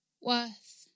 Worth